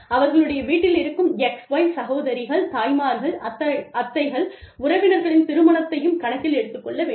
அவர்களுடைய வீட்டில் இருக்கும் X Y சகோதரிகள் தாய்மார்கள் அத்தைகள் உறவினர்களின் திருமணத்தையும் கணக்கில் எடுத்துக்கொள்ள வேண்டும்